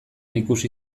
ikusi